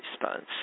response